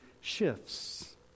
shifts